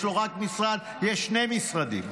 יש שני משרדים.